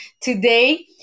today